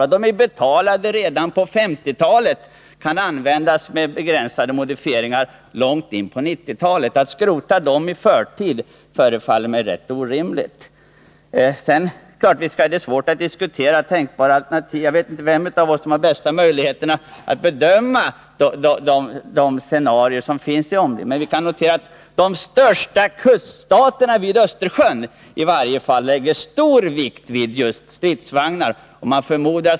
De var ju betalda redan på 1950-talet och kan med begränsade modifieringar användas långt in på 1990-talet. Att skrota dem i förtid förefaller mig rätt orimligt. Sedan: Visst är det svårt att diskutera tänkbara alternativ. Jag vet inte vem av oss som har bäst möjligheter att bedöma ett tänkbart scenario i och kring Östersjön. Men man kan konstatera att den största kuststaten vid Östersjön lägger mycket stor vikt vid just stridsvagnar.